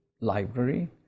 library